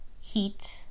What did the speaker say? heat